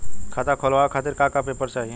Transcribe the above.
खाता खोलवाव खातिर का का पेपर चाही?